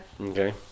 Okay